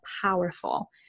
powerful